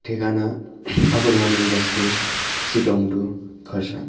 ठेगाना अप्पर मामरिङ बस्ती सिटोङ टु खरसाङ